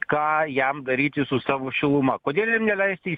ką jam daryti su savo šiluma kodėl jam neleisti